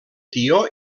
tió